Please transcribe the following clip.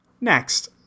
Next